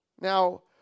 Now